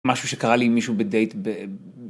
משהו שקרה לי עם מישהו בדייט ב...